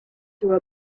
through